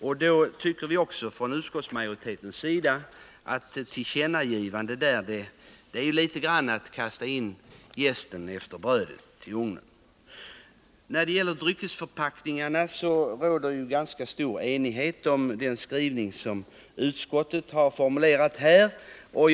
Från utskottsmajoritetens sida tycker vi att ett tillkännagivande här är något av att kasta in jästen i ugnen efter brödet. När det gäller dryckesförpackningarna råder ganska stor enighet om utskottets skrivning.